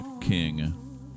King